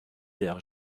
der